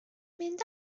mynd